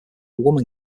woman